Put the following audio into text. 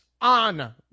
on